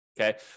Okay